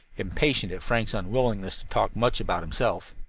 impatient at frank's unwillingness to talk much about himself.